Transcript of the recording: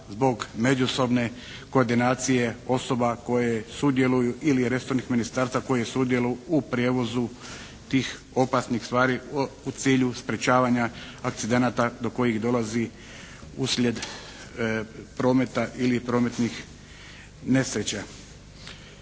zbog međusobne koordinacije osoba koje sudjeluju ili resornih ministarstava koji sudjeluju u prijevozu tih opasnih tvari u cilju sprječavanja akcidenata do kojih dolazi uslijed prometa ili prometnih nesreća.